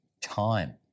time